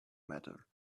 matter